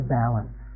balance